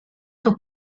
sus